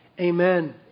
Amen